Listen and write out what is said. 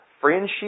friendship